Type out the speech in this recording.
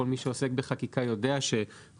כל מי שעוסק בחקיקה יודע שחוק,